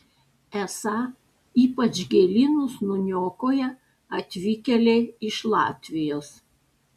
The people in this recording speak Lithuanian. esą ypač gėlynus nuniokoja atvykėliai iš latvijos